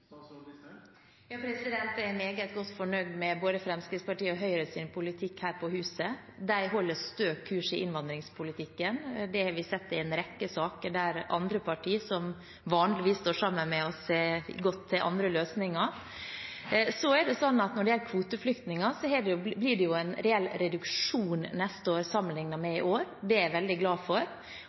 statsråd og regjering, eller mener statsråden nå at dette er ansvarlig politikk? Jeg er meget godt fornøyd med både Fremskrittspartiets og Høyres politikk her på huset. De holder en stø kurs i innvandringspolitikken. Det har vi sett i en rekke saker der andre parti, som vanligvis står sammen med oss, er gått til andre løsninger. Når det gjelder kvoteflyktninger, blir det en reell reduksjon neste år sammenlignet med i år. Det er jeg veldig glad for.